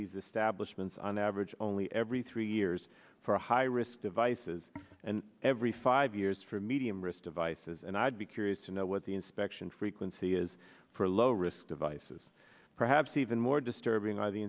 these establishment on average only every three years for high risk devices and every five years for medium risk devices and i'd be curious to know what the inspection frequency is for low risk devices perhaps even more disturbing